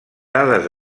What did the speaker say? dades